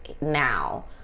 now